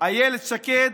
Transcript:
אילת שקד,